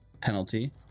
penalty